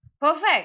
Perfect